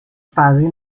pazi